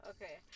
Okay